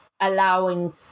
allowing